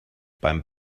beim